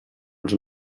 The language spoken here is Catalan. els